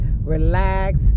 relax